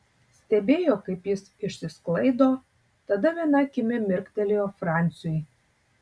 stebėjo kaip jis išsisklaido tada viena akimi mirktelėjo franciui